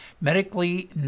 medically